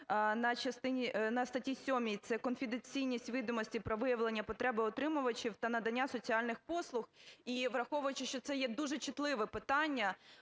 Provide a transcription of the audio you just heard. на статті 7, це "Конфіденційність відомостей про виявлені потреби отримувачів та надання соціальних послуг". І враховуючи, що це є дуже чутливе питання,